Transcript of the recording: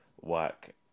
work